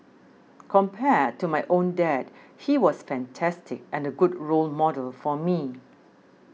compared to my own dad he was fantastic and a good role model for me